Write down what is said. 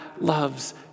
loves